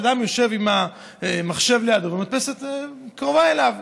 שאדם יושב עם המחשב לידו והמדפסת קרובה אליו.